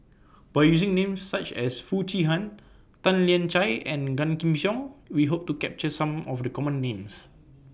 By using Names such as Foo Chee Han Tan Lian Chye and Gan Kim Yong We Hope to capture Some of The Common Names